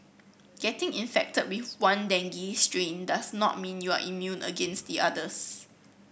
getting infected with one dengue strain does not mean you are immune against the others